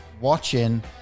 watching